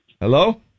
Hello